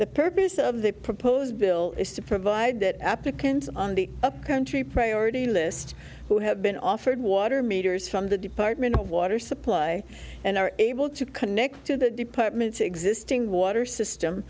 the purpose of the proposed bill is to provide that applicants on the upcountry priority list who have been offered water meters from the department of water supply and are able to connect to the department's existing water system